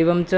एवं च